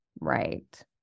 Right